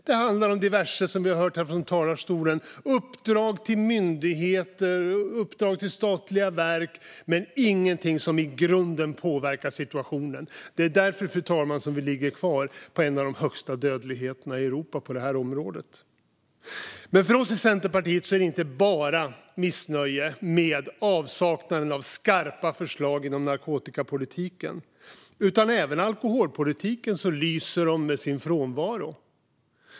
Som vi har hört här från talarstolen handlar det om diverse uppdrag till myndigheter och statliga verk, men den innehåller ingenting som i grunden påverkar situationen. Det är därför som vi ligger kvar på en dödlighet som är en av de högsta i Europa på det här området. För oss i Centerpartiet handlar det dock inte bara om missnöje med avsaknaden av skarpa förslag inom narkotikapolitiken. Även inom alkoholpolitiken lyser de skarpa förslagen med sin frånvaro.